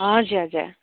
हजुर हजुर